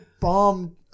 bomb